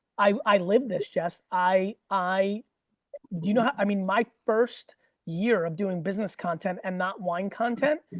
i lived this jess, i i you know i mean my first year of doing business content and not wine content,